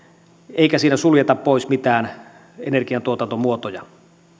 eikä siinä suljeta pois mitään energiantuotantomuotoja